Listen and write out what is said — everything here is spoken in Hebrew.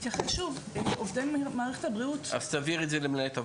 אז תעבירי את זה למנהלת הוועדה,